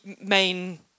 main